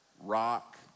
rock